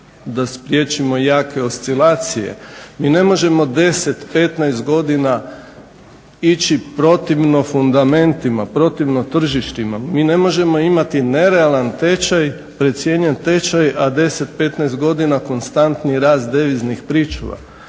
da spriječimo jake oscilacije. Mi ne možemo 10, 15 godina ići protivno fundamentima, protivno tržištima. Mi ne možemo imati nerealan tečaj, precijenjen tečaj a 10, 15 godina konstantni rast deviznih pričuva.